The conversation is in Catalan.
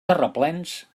terraplens